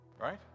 right